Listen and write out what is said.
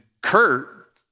Kurt